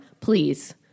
please